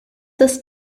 ist